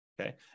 Okay